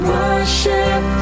worship